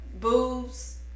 Boobs